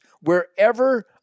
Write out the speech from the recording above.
wherever